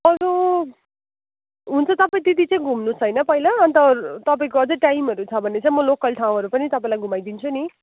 अरू हुन्छ तपाईँ त्यति चाहिँ घुम्नुहोस् होइन पहिला अन्त तपाईँको अझै टाइमहरू छ भने चाहिँ म लोकल ठाउँहरू पनि तपाईँलाई घुमाइदिन्छु नि